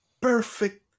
perfect